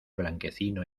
blanquecino